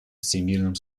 всемерном